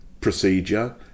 procedure